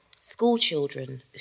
schoolchildren